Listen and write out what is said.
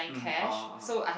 mm ah ah